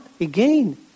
Again